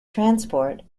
transport